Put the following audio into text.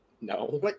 No